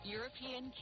European